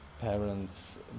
parents